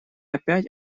опять